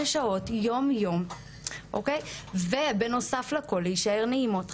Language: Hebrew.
שעות יום יום ובנוסף לכל להישאר נעימות,